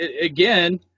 again